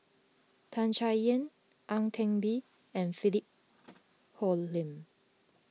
Tan Chay Yan Ang Teck Bee and Philip Hoalim